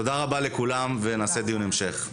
תודה רבה לכולם ונעשה דיון המשך.